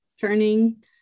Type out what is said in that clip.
turning